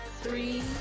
Three